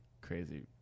crazy